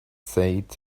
said